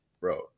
bro